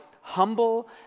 humble